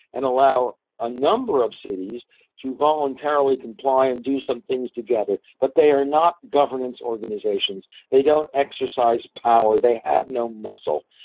and allow a number of cities to voluntarily comply and do some things together, but they are not governance organisations, they don't exercise power, they have no muscle.